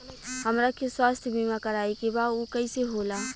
हमरा के स्वास्थ्य बीमा कराए के बा उ कईसे होला?